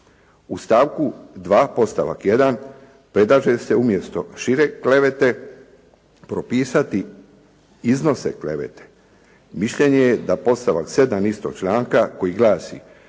podstavak 1. predlaže se umjesto „šire klevete“, propisati „iznose klevete“. Mišljenje je da podstavak 7. istog članka koji glasi: